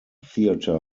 theatre